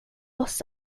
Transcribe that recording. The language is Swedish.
oss